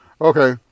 Okay